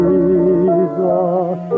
Jesus